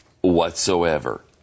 whatsoever